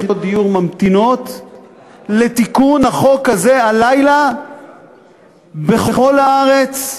דיור ממתינות לתיקון החוק הזה הלילה בכל הארץ,